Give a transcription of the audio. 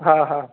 हा हा